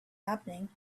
happening